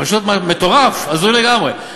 פשוט מטורף, הזוי לגמרי.